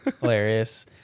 Hilarious